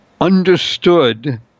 understood